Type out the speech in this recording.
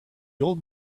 old